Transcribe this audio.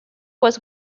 was